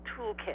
toolkit